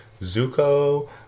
Zuko